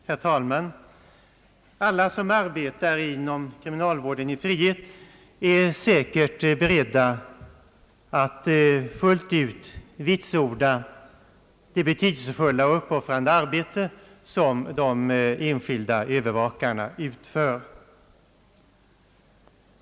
Herr talman! Alla som arbetar med kriminalvård i frihet är säkert beredda att fullt ut vitsorda det betydelsefulla och uppoffrande arbete som de enskilda övervakarna utför.